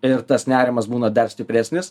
ir tas nerimas būna dar stipresnis